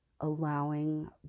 allowing